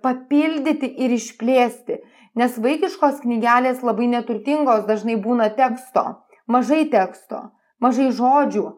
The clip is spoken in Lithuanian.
papildyti ir išplėsti nes vaikiškos knygelės labai neturtingos dažnai būna teksto mažai teksto mažai žodžių